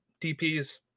DPs